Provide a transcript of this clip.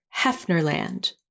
Hefnerland